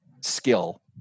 skill